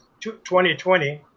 2020